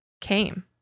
came